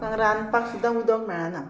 लोकांक रांदपाक सुद्दां उदक मेळना